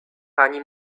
pani